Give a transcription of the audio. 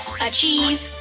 achieve